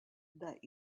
that